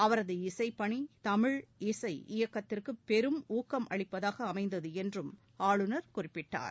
அவரது இசைப் பணி தமிழ் இசை இயக்கத்திற்கு பெரும் ஊக்கமளிப்பதாக அமைந்தது என்றும் ஆளுநர் குறிப்பிட்டார்